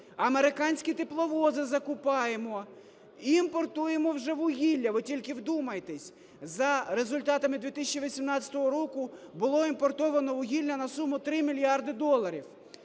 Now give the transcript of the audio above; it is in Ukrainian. американські тепловози закуповуємо і імпортуємо вже вугілля. Ви тільки вдумайтесь, за результатами 2018 року було імпортовано вугілля на суму 3 мільярди доларів.